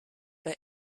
bei